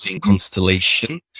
constellation